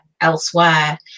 elsewhere